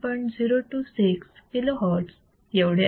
026 kilohertz एवढे असेल